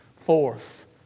Fourth